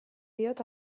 diot